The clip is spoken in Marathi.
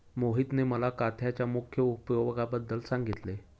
मोहितने मला काथ्याच्या मुख्य उपयोगांबद्दल सांगितले